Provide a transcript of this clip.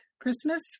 Christmas